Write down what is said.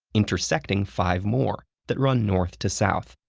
intersecting five more that run north to south.